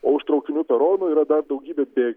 o už traukinių peronų yra dar daugybė bėgių